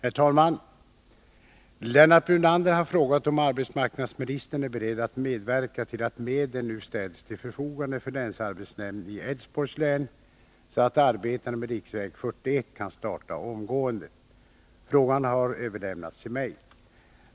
Herr talman! Lennart Brunander har frågat om arbetsmarknadsministern är beredd att medverka till att medel nu ställs till förfogande för länsarbetsnämnden i Älvsborgs län, så att arbetena med riksväg 41 kan starta omgående. Frågan har överlämnats till mig.